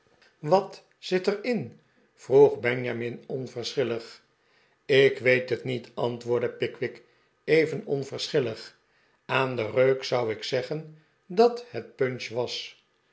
wat zit er in vroeg benjamin onverschillig ik weet het niet antwoordde pickwick even onverschillig aan den reuk zou ik zeggen dat het punch was